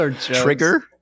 Trigger